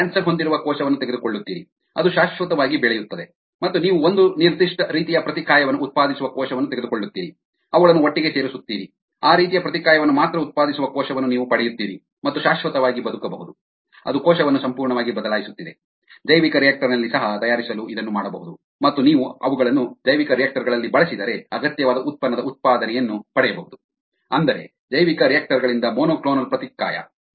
ನೀವು ಕ್ಯಾನ್ಸರ್ ಹೊಂದಿರುವ ಕೋಶವನ್ನು ತೆಗೆದುಕೊಳ್ಳುತ್ತೀರಿ ಅದು ಶಾಶ್ವತವಾಗಿ ಬೆಳೆಯುತ್ತದೆ ಮತ್ತು ನೀವು ಒಂದು ನಿರ್ದಿಷ್ಟ ರೀತಿಯ ಪ್ರತಿಕಾಯವನ್ನು ಉತ್ಪಾದಿಸುವ ಕೋಶವನ್ನು ತೆಗೆದುಕೊಳ್ಳುತ್ತೀರಿ ಅವುಗಳನ್ನು ಒಟ್ಟಿಗೆ ಸೇರಿಸುತ್ತೀರಿ ಆ ರೀತಿಯ ಪ್ರತಿಕಾಯವನ್ನು ಮಾತ್ರ ಉತ್ಪಾದಿಸುವ ಕೋಶವನ್ನು ನೀವು ಪಡೆಯುತ್ತೀರಿ ಮತ್ತು ಶಾಶ್ವತವಾಗಿ ಬದುಕಬಹುದು ಅದು ಕೋಶವನ್ನು ಸಂಪೂರ್ಣವಾಗಿ ಬದಲಾಯಿಸುತ್ತಿದೆ ಜೈವಿಕರಿಯಾಕ್ಟರ್ ನಲ್ಲಿ ಸಹ ತಯಾರಿಸಲು ಇದನ್ನು ಮಾಡಬಹುದು ಮತ್ತು ನೀವು ಅವುಗಳನ್ನು ಜೈವಿಕರಿಯಾಕ್ಟರ್ ಗಳಲ್ಲಿ ಬಳಸಿದರೆ ಅಗತ್ಯವಾದ ಉತ್ಪನ್ನದ ಉತ್ಪಾದನೆಯನ್ನು ಪಡೆಯಬಹುದು ಅಂದರೆ ಜೈವಿಕರಿಯಾಕ್ಟರ್ ಗಳಿಂದ ಮೊನೊಕ್ಲೋನಲ್ ಪ್ರತಿಕಾಯ